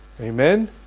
Amen